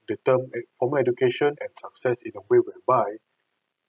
the term ed~ formal education and success in a way whereby